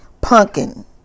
pumpkin